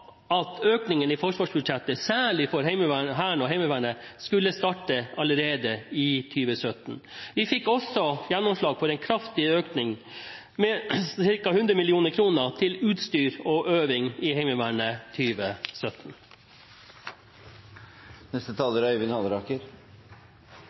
at økningen i forsvarsbudsjettet, særlig for Hæren og Heimevernet, skulle starte allerede i 2017. Vi fikk også gjennomslag for en kraftig økning, på ca. 100 000 mill. kr, til utstyr og øving i Heimevernet